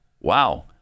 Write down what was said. Wow